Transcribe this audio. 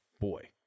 boy